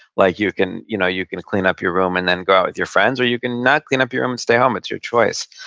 like, you can you know you can clean up your room and then go out with your friends, or you can not clean up your room and stay home. it's your choice.